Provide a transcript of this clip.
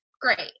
great